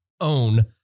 own